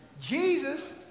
Jesus